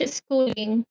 schooling